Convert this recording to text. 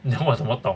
你要我真么同